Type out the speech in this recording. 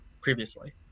previously